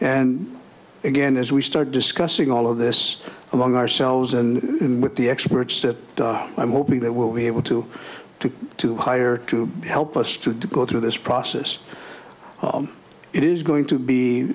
and again as we start discussing all of this among ourselves and with the experts that i'm hoping that will be able to to to hire to help us to to go through this process it is going to be